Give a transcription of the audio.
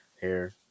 hair